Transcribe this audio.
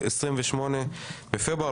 28 בפברואר,